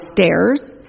stairs